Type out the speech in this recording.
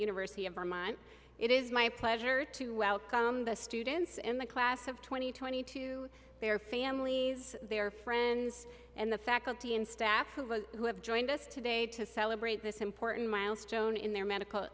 university of vermont it is my pleasure to welcome the students in the class of two thousand and twenty to their families their friends and the faculty and staff who have joined us today to celebrate this important milestone in their medical